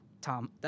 Tom